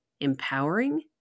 empowering